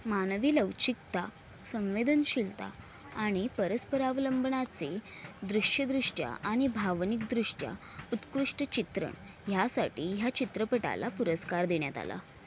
मानवी लवचिकता संवेदनशीलता आणि परस्परावलंबनाचे दृश्यदृष्ट्या आणि भावनिकदृष्ट्या उत्कृष्ट चित्रण ह्यासाठी ह्या चित्रपटाला पुरस्कार देण्यात आला